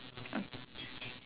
okay